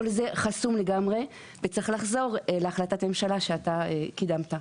כל זה חסום לגמרי וצריך לחזור להחלטת ממשלה שאתה קידמת,